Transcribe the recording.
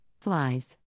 Flies